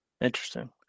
Interesting